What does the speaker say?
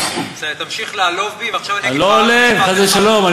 זה שהמצב, תמשיך לעלוב בי, אני לא עולב, חס ושלום.